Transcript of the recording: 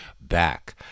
back